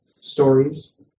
stories